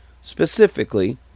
specifically